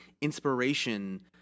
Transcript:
inspiration